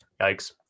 yikes